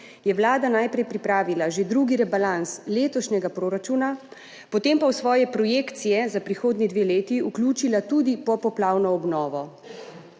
je Vlada najprej pripravila že drugi rebalans letošnjega proračuna, potem pa v svoje projekcije za prihodnji dve leti vključila tudi popoplavno obnovo.